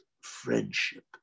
friendship